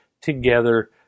together